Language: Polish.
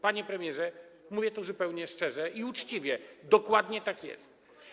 Panie premierze, mówię tu zupełnie szczerze i uczciwie, dokładnie tak jest.